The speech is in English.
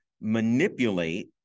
manipulate